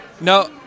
No